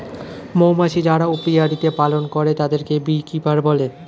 মৌমাছি যারা অপিয়ারীতে পালন করে তাদেরকে বী কিপার বলে